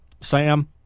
Sam